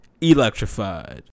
Electrified